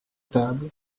table